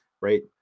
right